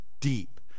deep